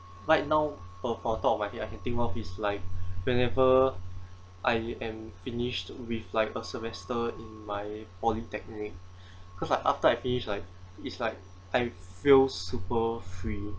right now uh on top of my head I can think of is like whenever I am finished with like a semester in my polytechnic cause like after I finish like it's like I feel super free